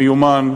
מיומן.